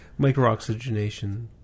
Microoxygenation